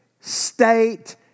state